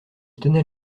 tenait